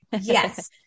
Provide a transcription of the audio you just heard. Yes